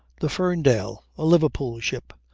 the ferndale. a liverpool ship.